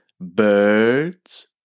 birds